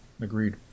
agreed